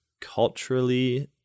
culturally